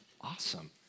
awesome